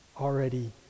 already